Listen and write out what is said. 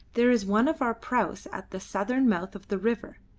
there is one of our praus at the southern mouth of the river.